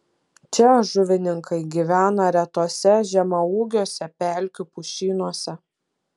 čia žuvininkai gyvena retuose žemaūgiuose pelkių pušynuose